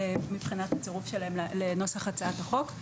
מבחינת הצירוף שלהם לנוסח הצעת החוק.